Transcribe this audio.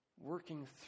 working